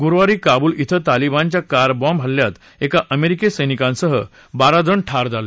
गुरुवारी काबुल इथं तालीबानच्या कारबॉम्ब हल्ल्यात एका अमेरिकी सैनिकांसह बारा जण ठार झाले